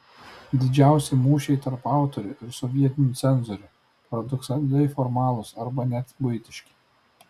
didžiausi mūšiai tarp autorių ir sovietinių cenzorių paradoksaliai formalūs arba net buitiški